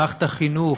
במערכת החינוך,